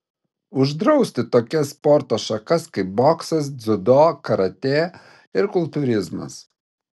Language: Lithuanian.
uždrausti tokias sporto šakas kaip boksas dziudo karatė ir kultūrizmas